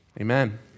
Amen